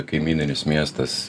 kaimyninis miestas